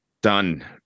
Done